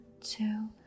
two